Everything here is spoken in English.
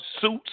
suits